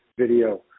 video